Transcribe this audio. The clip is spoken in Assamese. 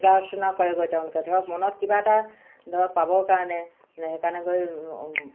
পূজা অৰ্চনা কৰেগৈ তেওঁলোকে ধৰক মনত কিবা এটা ধৰক পাবৰ কাৰণে সেইকাৰণে গৈ